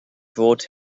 brought